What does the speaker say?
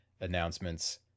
announcements